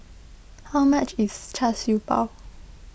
how much is Char Siew Bao